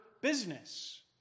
business